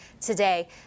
today